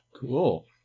cool